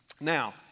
Now